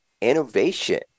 innovation